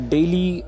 Daily